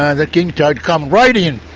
ah the king tide comes right in,